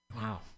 Wow